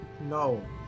no